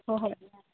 ꯍꯣꯏ ꯍꯣꯏ